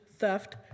theft